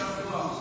יישר כוח,